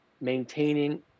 maintaining